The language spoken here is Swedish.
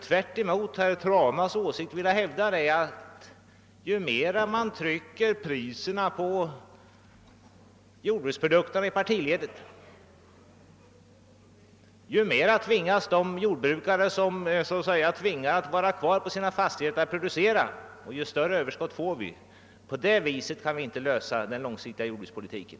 Tvärtemot vad herr Trana anser vill jag alltså hävda att ju mer man pressar priserna på jordbruksprodukterna i partiledet, desto mer tvingas de jordbrukare som så att säga är tvungna att sitta kvar på sina fastigheter att producera och desto större överskott får vi. På det sättet kan vi inte lösa problemet med den långsiktiga jordbrukspolitiken.